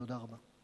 תודה רבה.